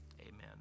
Amen